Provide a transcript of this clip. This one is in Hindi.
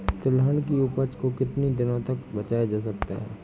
तिलहन की उपज को कितनी दिनों तक बचाया जा सकता है?